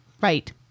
Right